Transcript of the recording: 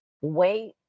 Wait